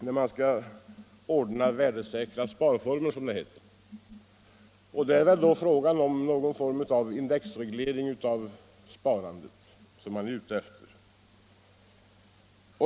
När man kräver värdesäkra sparformer är det väl en form av indexreglering av sparandet som man är ute efter.